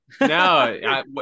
No